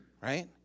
right